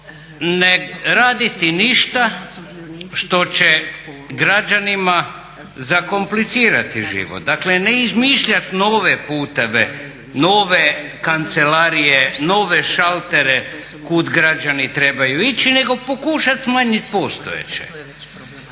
ne raditi ništa što će građanima zakomplicirati život. Dakle, ne izmišljati nove kancelarije, nove šaltere kud građani trebaju ići nego pokušati smanjiti postojeće. Treće, omogućiti